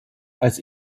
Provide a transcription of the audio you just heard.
als